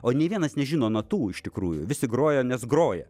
o nei vienas nežino natų iš tikrųjų visi groja nes groja